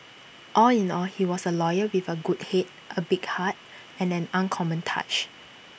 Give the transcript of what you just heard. all in all he was A lawyer with A good Head A big heart and an uncommon touch